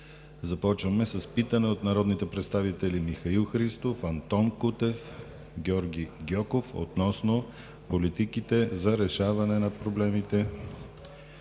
Започваме с питане от народните представители Михаил Христов, Антон Кутев, Георги Гьоков, относно политиките за решаване на проблемите